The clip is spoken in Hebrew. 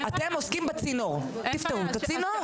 אתם עוסקים בצינור, תפתרו את הצינור.